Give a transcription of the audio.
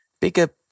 bigger